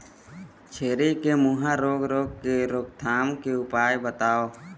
छेरी के मुहा रोग रोग के रोकथाम के उपाय बताव?